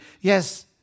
Yes